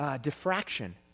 diffraction